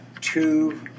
two